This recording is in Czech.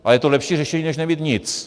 Ale je to lepší řešení než nemít nic.